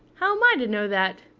how am i to know that?